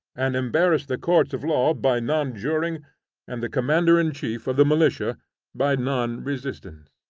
and embarrass the courts of law by non-juring and the commander-in-chief of the militia by non-resistance.